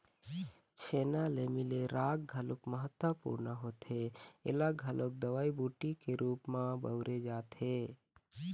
छेना ले मिले राख घलोक महत्वपूर्न होथे ऐला घलोक दवई बूटी के रुप म बउरे जाथे